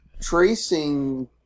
tracing